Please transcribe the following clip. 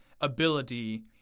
ability